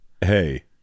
Hey